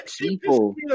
people